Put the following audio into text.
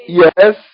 yes